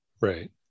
Right